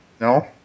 No